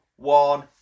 One